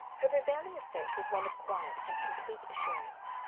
her prevailing effect was one of quiet and complete assurance,